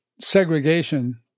segregation